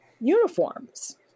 uniforms